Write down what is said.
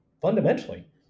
fundamentally